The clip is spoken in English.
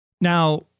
Now